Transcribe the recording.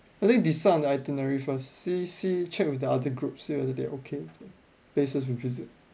I think decide on the itinerary first see see check with the other group see whether they are okay with it places we visit